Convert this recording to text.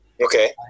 Okay